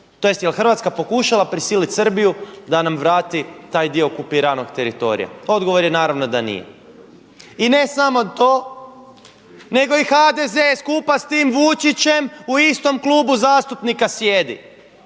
koji način pokušala prisiliti Srbiju da nam vrati taj dio okupiranog teritorija? Odgovor je naravno da nije. I ne samo to, nego i HDZ-e skupa s tim Vučićem u istom klubu zastupnika sjedi,